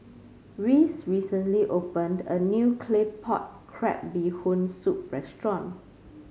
Reese recently opened a new Claypot Crab Bee Hoon Soup restaurant